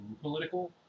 political